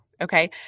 Okay